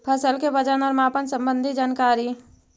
फसल के वजन और मापन संबंधी जनकारी?